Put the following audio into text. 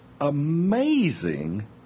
amazing